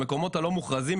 המקומות הלא-מוכרזים,